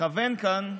מכוון כאן,